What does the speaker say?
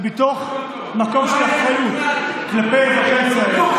ומתוך מקום של אחריות כלפי אזרחי ישראל,